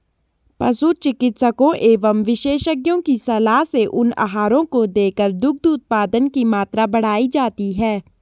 पशु चिकित्सकों एवं विशेषज्ञों की सलाह से उन आहारों को देकर दुग्ध उत्पादन की मात्रा बढ़ाई जाती है